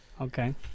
Okay